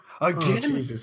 again